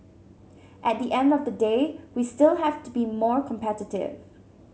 at the end of the day we still have to be more competitive